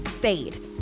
Fade